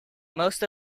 most